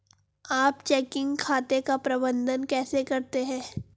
आप चेकिंग खाते का प्रबंधन कैसे करते हैं?